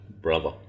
Brother